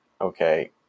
Okay